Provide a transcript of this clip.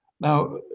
Now